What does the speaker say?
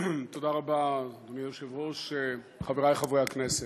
אדוני היושב-ראש, תודה רבה, חברי חברי הכנסת,